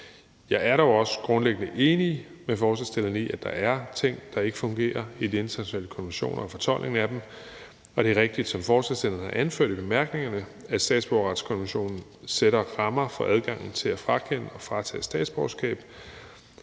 Jeg er dog også grundlæggende enig med forslagsstillerne i, at der er ting, der ikke fungerer i de internationale konventioner og fortolkningen af dem. Det er rigtigt, som forslagsstillerne har anført i bemærkningerne, at statsborgerretskonventionen sætter rammer for adgangen til at frakende og fratage statsborgerskab.